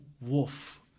wolf